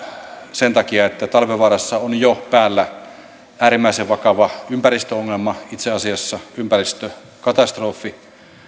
sen takia että talvivaarassa on jo päällä äärimmäisen vakava ympäristöongelma itse asiassa ympäristökatastrofi